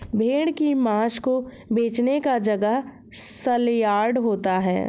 भेड़ की मांस को बेचने का जगह सलयार्ड होता है